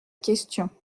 question